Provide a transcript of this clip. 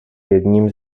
jedním